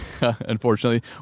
unfortunately